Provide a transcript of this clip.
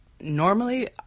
normally